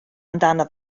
amdano